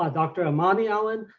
ah dr. amani allen,